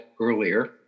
earlier